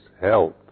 health